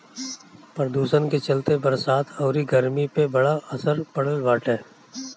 प्रदुषण के चलते बरसात अउरी गरमी पे बड़ा असर पड़ल बाटे